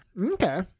Okay